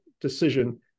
decision